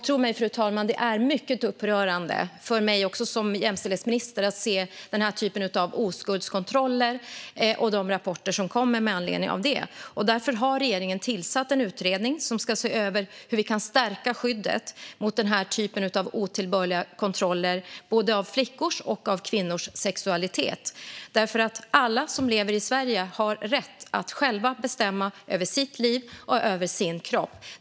Tro mig, fru talman, det är mycket upprörande också för mig som jämställdhetsminister att se denna typ av oskuldskontroller och de rapporter som kommer med anledning av det. Därför har regeringen tillsatt en utredning som ska se över hur vi kan stärka skyddet mot denna typ av otillbörliga kontroller både av flickors och av kvinnors sexualitet. Alla som lever i Sverige har nämligen rätt att själva bestämma över sitt liv och över sin kropp.